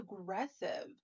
aggressive